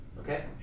Okay